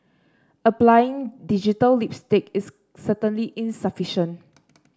applying digital lipstick is certainly insufficient